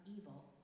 evil